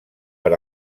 per